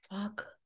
fuck